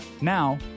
Now